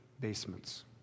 basements